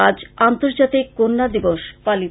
আজ আর্ন্তজাতিক কন্যা দিবস পালিত